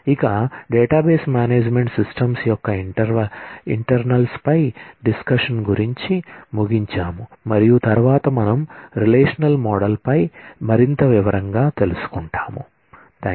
ఇక database management systems యొక్క ఇంటర్నల్స్పై డిస్కషన్ ముగించాం మరియు తరువాత మనం రిలేషనల్ మోడల్పై మరింత వివరంగ తెలుసుకుంటాం